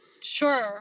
Sure